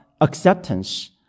acceptance